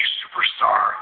superstar